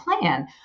plan